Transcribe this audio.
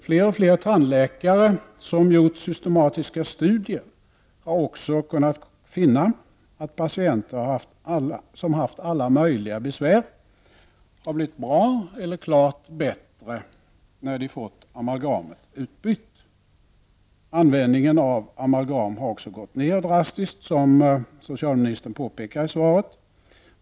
Fler och fler tandläkare som gjort systematiska studier har också kunnat finna att patienter som har haft alla möjliga besvär har blivit bra eller klart bättre när de fått amalgamet utbytt. Användningen av amalgam har också minskat drastiskt, vilket socialministern påpekar i svaret.